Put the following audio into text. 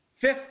fifth